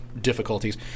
difficulties